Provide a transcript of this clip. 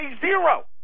zero